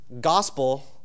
gospel